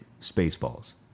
Spaceballs